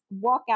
walkout